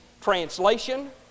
translation